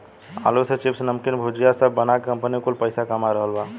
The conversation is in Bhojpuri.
आलू से चिप्स, नमकीन, भुजिया सब बना के कंपनी कुल पईसा कमा रहल बा